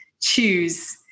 choose